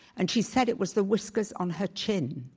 and she said it was the whiskers on her chin.